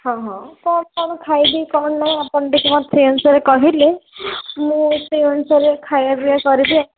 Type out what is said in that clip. ହଁ ହଁ କ'ଣ କ'ଣ ଖାଇବି କ'ଣ ନାହିଁ ଆପଣ ଟିକିଏ ମୋତେ ସେଇ ଅନୁସାରେ କହିଲେ ମୁଁ ସେଇ ଅନୁସାରେ ଖାଇବା ପିଇବା କରିବି ଆଉ